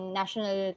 national